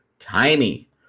Tiny